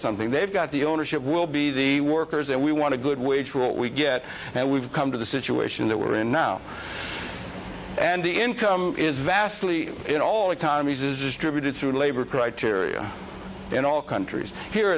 something they've got the ownership will be the workers and we want to good which will we get and we've come to the situation that we're in now and the income is vastly in all economies is distributed through labor criteria in all countries here